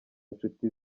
inshuti